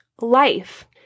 life